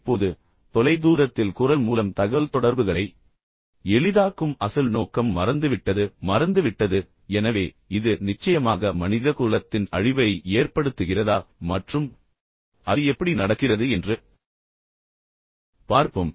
இப்போது தொலைதூரத்தில் குரல் மூலம் தகவல்தொடர்புகளை எளிதாக்கும் அசல் நோக்கம் மறந்துவிட்டது மறந்துவிட்டது எனவே இது நிச்சயமாக மனிதகுலத்தின் அழிவை ஏற்படுத்துகிறதா மற்றும் அது எப்படி நடக்கிறது என்று பார்ப்போம்